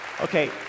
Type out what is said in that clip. Okay